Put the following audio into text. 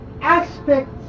aspects